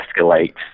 escalate